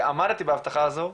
ועמדתי בהבטחה הזאת,